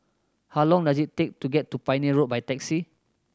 how long does it take to get to Pioneer Road by taxi